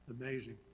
Amazing